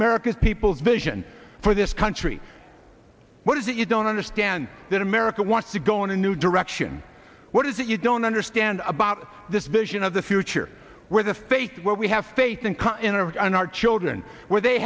american people vision for this country what is it you don't understand that america wants to go in a new direction what is it you don't understand about this vision of the future where the fake what we have faith and in our children where they